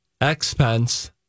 expense